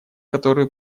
которую